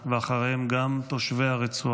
ואחריהם גם תושבי הרצועה,